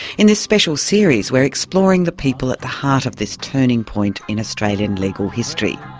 in this special series we're exploring the people at the heart of this turning point in australian legal history.